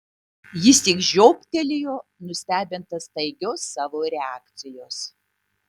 jis tik žioptelėjo nustebintas staigios savo reakcijos